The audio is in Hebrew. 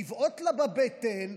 לבעוט לה בבטן,